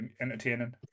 entertaining